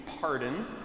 pardon